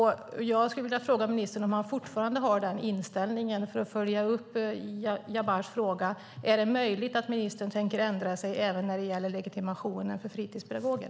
Jag skulle vilja fråga ministern om han fortfarande har den inställningen. För att följa upp Jabars fråga: Är det möjligt att ministern tänker ändra sig även när det gäller legitimationen för fritidspedagoger?